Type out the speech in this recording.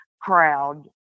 crowd